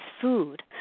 food